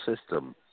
system